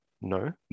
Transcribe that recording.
No